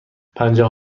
پنجاه